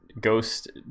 ghost